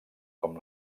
com